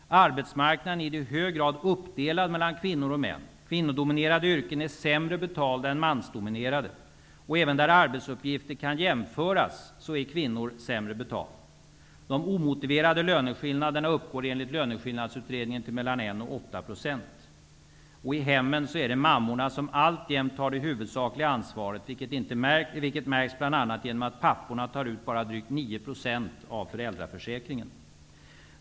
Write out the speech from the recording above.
Arbetsmarknaden är i hög grad uppdelad mellan kvinnor och män. Kvinnodominerade yrken är sämre betalda än mansdominerade. Även på områden där arbetsuppgifter kan jämföras är kvinnor sämre betalda. De omotiverade löneskillnaderna uppgår enligt I hemmen är det mammorna som alltjämt tar det huvudsakliga ansvaret. Det märks t.ex. genom att papporna bara tar ut drygt 9 % av dagarna i föräldraförsäkringen.